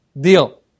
Deal